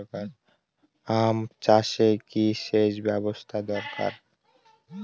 আম চাষে কি সেচ ব্যবস্থা দরকার?